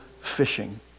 fishing